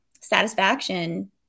satisfaction